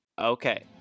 Okay